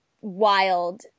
wild